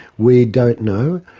we don't know.